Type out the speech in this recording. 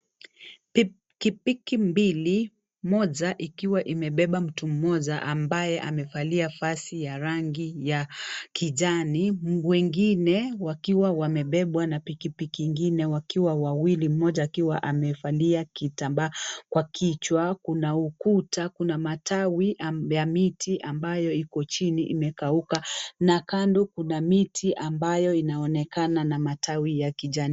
Pikipiki mbili moja ikiwa imembeba mtu mmoja ambaye amevalia vazi ya rangi ya kijani wengine wakiwa wamebebwa na pikipiki ingine wakiwa wawili mmoja akiwa amevalia kitambaa kwa kichwa kuna ukuta kuna matawi ya miti ambayo iko chini imekauka na kando kuna miti ambayo inaonekana na matawi ya kijani.